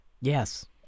Yes